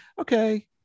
okay